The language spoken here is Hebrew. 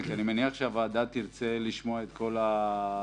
כי אני מניח שהוועדה תרצה לשמוע את כל האנשים,